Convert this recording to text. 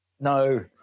No